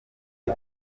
ubu